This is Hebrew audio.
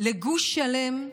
לגוש שלם,